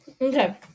Okay